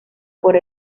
por